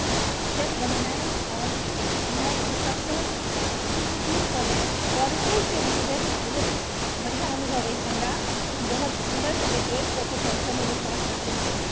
आ भोजन बनेनाइ आओर कठिनाइके सभसँ किछु दूर करैत परसैके भोजन बहुत बढ़िआँ अनुभव अछि हमरा हम बहुत सुन्दरसँ डेकोरेट कऽ कऽ परसयमे विश्वास राखैत छियै